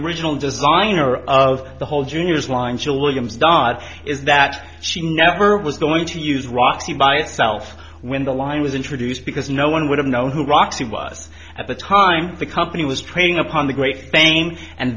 original designer of the whole juniors line still williams died is that she never was going to use roxy by itself when the line was introduced because no one would have known who roxy was at the time the company was trading upon the great bank and